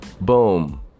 Boom